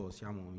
siamo